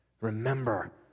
remember